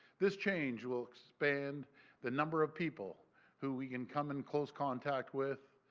this change will expand the number of people who we can come in close contact with,